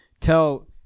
tell